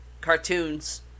cartoons